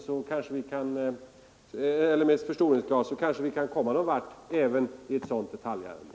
Man kanske på det sättet kan komma någon vart även i ett sådant detaljärende.